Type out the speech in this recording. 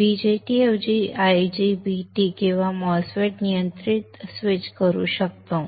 BJT ऐवजी IGBT किंवा MOSFET नियंत्रित स्विच करू शकतो